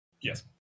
Yes